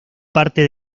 parte